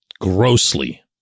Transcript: grossly